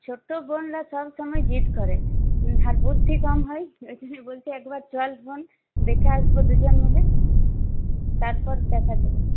ছোট বোনরা সবসময়ই জেদ করে আর বুদ্ধি কম হয় ওই জন্যেই বলছি একবার চল বোন দেখে আসব দুজন মিলে তারপর দেখা যাবে